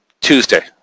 Tuesday